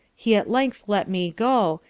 he at length let me go,